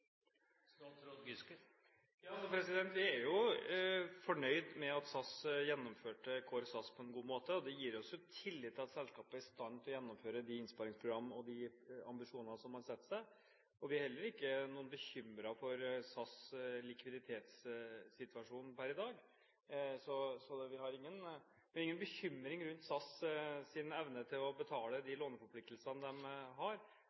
Vi er fornøyd med at SAS gjennomførte Core SAS på en god måte, og det gir oss tillit til at selskapet er i stand til å gjennomføre innsparingsprogrammer og de ambisjoner som man setter seg. Vi er heller ikke bekymret for SAS’ likviditetssituasjon per i dag. Så vi har ingen bekymring rundt SAS’ evne til å betale de låneforpliktelsene de har.